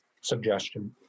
suggestion